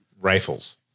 rifles